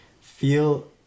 feel